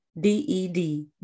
D-E-D